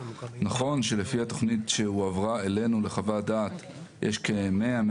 נכון שלפי התכנית שהועברה אלינו לחוות דעת יש כמאה,